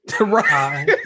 Right